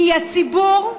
כי הציבור,